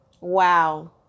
Wow